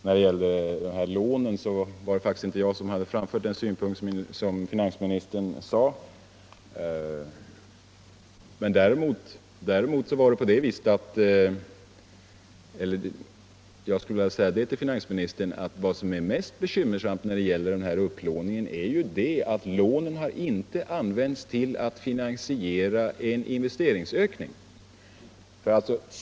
När det gäller lånen var det faktiskt inte jag som framförde den synpunkt som finansministern tog upp. Vad som är mest bekymmersamt i fråga om upplåningen är emellertid att lånen inte har använts för att finansiera en investeringsökning.